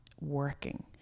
working